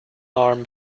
arm